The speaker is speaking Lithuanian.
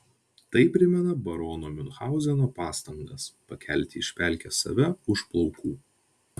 tai primena barono miunchauzeno pastangas pakelti iš pelkės save už plaukų